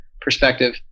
perspective